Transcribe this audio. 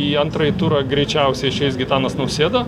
į antrąjį turą greičiausiai išeis gitanas nausėda